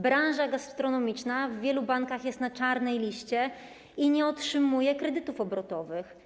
Branża gastronomiczna w wielu bankach jest na czarnej liście i nie otrzymuje kredytów obrotowych.